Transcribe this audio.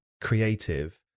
creative